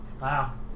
Wow